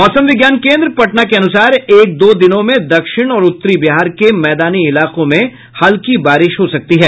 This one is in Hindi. मौसम विज्ञान केन्द्र पटना के अनुसार एक दो दिनों में दक्षिण और उत्तरी बिहार के मैदानी इलाकों में हल्की बारिश हो सकती है